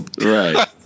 Right